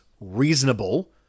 reasonable